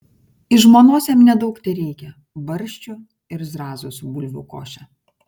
iš žmonos jam nedaug tereikia barščių ir zrazų su bulvių koše